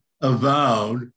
avowed